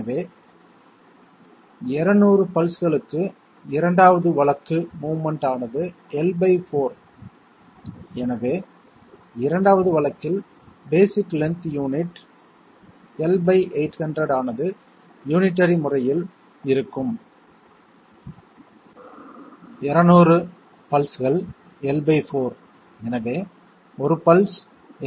எனவே 200 பல்ஸ்களுக்கு 2 வது வழக்கு மோவ்மென்ட் ஆனது L 4 எனவே 2 வது வழக்கில் பேஸிக் லென்த் யூனிட் L 800 ஆனது யூனிட்டரி முறையில் இருக்கும் 200 பல்ஸ்கள் L 4 எனவே 1 பல்ஸ் L 800